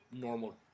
normal